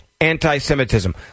anti-Semitism